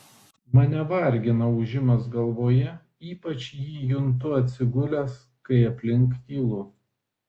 mane vargina ūžimas galvoje ypač jį juntu atsigulęs kai aplink tylu